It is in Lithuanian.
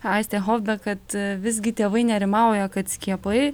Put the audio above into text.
aistė hofbek kad visgi tėvai nerimauja kad skiepai